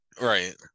Right